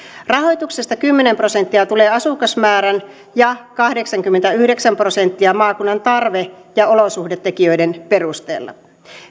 rahoituksesta kymmenen prosenttia tulee asukasmäärän ja kahdeksankymmentäyhdeksän prosenttia maakunnan tarpeen ja olosuhdetekijöiden perusteella